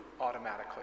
automatically